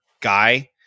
guy